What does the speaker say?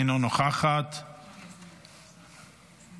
בוזזים כספי ציבור בעת המלחמה.